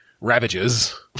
Ravages